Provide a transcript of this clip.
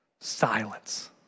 Silence